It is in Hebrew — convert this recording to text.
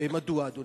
מדוע, אדוני?